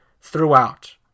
throughout